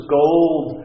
gold